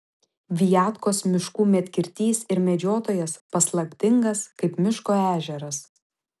viatkos miškų medkirtys ir medžiotojas paslaptingas kaip miško ežeras